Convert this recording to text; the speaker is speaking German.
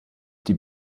die